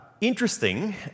interesting